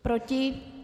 Proti?